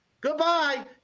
Goodbye